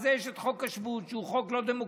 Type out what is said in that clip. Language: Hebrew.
לזה יש את חוק השבות, שהוא חוק לא דמוקרטי.